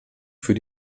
für